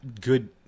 good